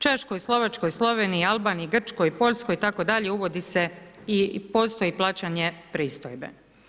Češkoj, Slovačkoj, Sloveniji, Albaniji, Grčkoj, Poljskoj itd. uvodi se i postoji plaćanje pristojbe.